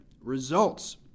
results